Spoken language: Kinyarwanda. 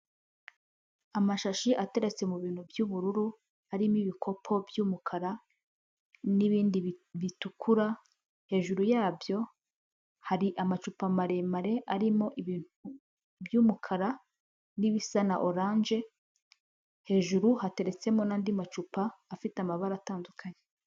Amashashi ateretse mu bintu by'ubururu, arimo ibikopo by'umukara n'ibindi bitukura. Hejuru yabyo hari amacupa maremare arimo ibintu by'umukara, n'ibisa na oranje. Hejuru hateretsemo n'andi macupa afite amabara atandukanye.